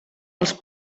els